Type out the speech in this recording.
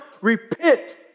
repent